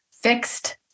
fixed